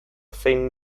zein